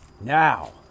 now